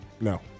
No